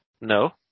No